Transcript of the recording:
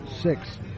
six